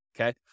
okay